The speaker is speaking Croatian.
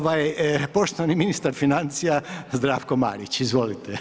Ovaj poštovani ministar financija Zdravko Marić, izvolite.